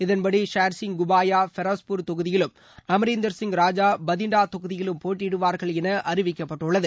இதன்படி ஷேர்சிங் குபாயா ஃபெரோஸ்பூர் தொகுதியிலும் அம்ரேந்தர்சிங் ராஜா பதின்டா தொகுதியிலும் போட்டியிடுவார்கள் என அறிவிக்கப்பட்டுள்ளது